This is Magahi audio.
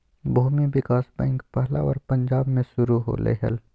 भूमि विकास बैंक पहला बार पंजाब मे शुरू होलय हल